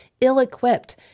ill-equipped